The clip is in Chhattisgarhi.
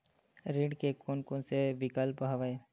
ऋण के कोन कोन से विकल्प हवय?